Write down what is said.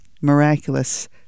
miraculous